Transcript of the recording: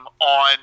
on